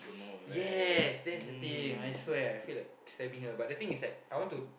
yes that's the thing I swear I feel like slapping her but the thing is that I want to